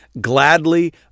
gladly